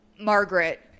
Margaret